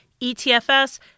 ETFs